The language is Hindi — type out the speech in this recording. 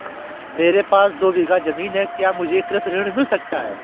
मेरे पास दो बीघा ज़मीन है क्या मुझे कृषि ऋण मिल सकता है?